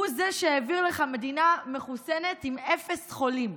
הוא זה שהעביר לך מדינה מחוסנת עם אפס חולים.